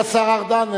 כבוד השר ארדן,